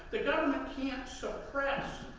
the government can't suppress